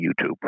YouTube